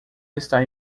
está